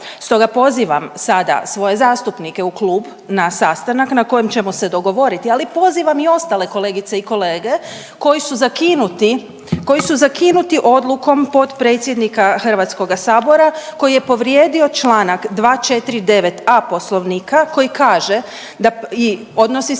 Stoga pozivam sada svoje zastupnike u klub na sastanak na kojem ćemo se dogovoriti, ali pozivam i ostale kolegice i kolege koji su zakinuti, koji su zakinuti odlukom potpredsjednika Hrvatskoga sabora, koji je povrijedio čl. 249.a Poslovnika koji kaže da i odnosi se na